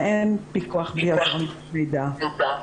ואין פיקוח בלי --- מידע.